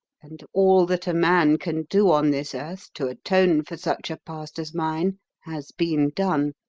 and all that a man can do on this earth to atone for such a past as mine has been done.